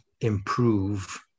improve